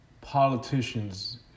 politicians